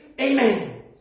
Amen